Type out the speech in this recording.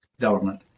government